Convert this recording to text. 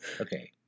Okay